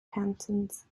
cantons